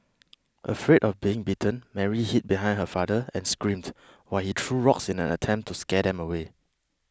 afraid of getting bitten Mary hid behind her father and screamed while he threw rocks in an attempt to scare them away